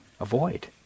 avoid